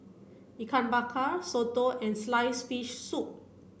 Ikan Bakar Soto and slice fish soup